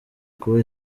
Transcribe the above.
kuba